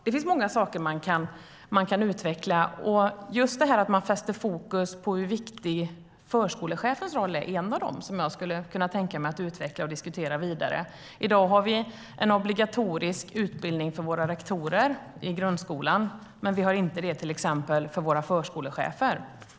Det finns många saker som kan utvecklas. Just förskolechefens viktiga roll är en av de saker som jag skulle kunna tänka mig att utveckla och diskutera vidare. I dag har vi en obligatorisk utbildning för rektorerna i grundskolan, men vi har inte det för våra förskolechefer.